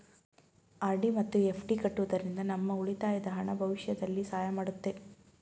RD ಮತ್ತು FD ಕಟ್ಟುವುದರಿಂದ ನಮ್ಮ ಉಳಿತಾಯದ ಹಣ ಭವಿಷ್ಯದಲ್ಲಿ ಸಹಾಯ ಮಾಡುತ್ತೆ